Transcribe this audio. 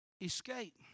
escape